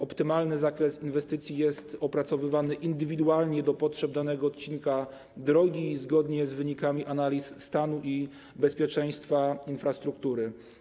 Optymalny zakres inwestycji jest opracowywany indywidualnie do potrzeb danego odcinka drogi i zgodnie z wynikami analiz stanu i bezpieczeństwa infrastruktury.